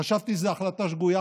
חשבתי שזו החלטה שגויה,